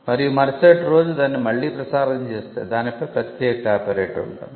మరియు మరుసటి రోజు దాన్ని మళ్ళీ ప్రసారం చేస్తే దానిపై ప్రత్యేక కాపీరైట్ ఉంటుంది